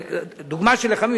הדוגמה היא של לחמים,